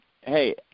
hey